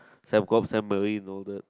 Sembcorp Sembmarine all that